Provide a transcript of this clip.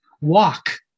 walk